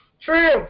True